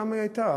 למה היא הייתה?